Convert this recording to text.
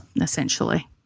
Essentially